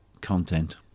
content